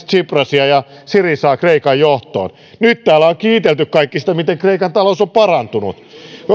tsiprasia ja syrizaa kreikan johtoon nyt täällä kaikki ovat kiitelleet miten kreikan talous on parantunut